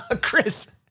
Chris